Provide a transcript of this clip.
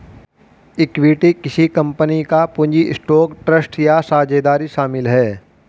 equity किसी company का पूंजी स्टॉक ट्रस्ट या साझेदारी शामिल है